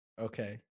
Okay